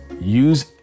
use